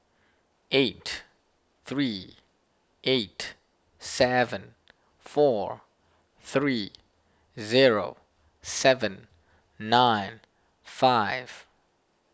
eight three eight seven four three zero seven nine five